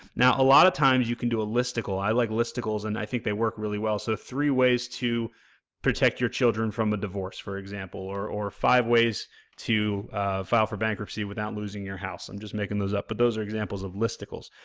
now, a lot of time you can do a listicle, i like listicles and i think they work really well. so, three ways to protect your children from the divorce, for example, or or five ways to file for bankruptcy without losing your house, i'm just making those up but those are examples of listicles.